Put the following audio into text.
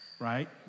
Right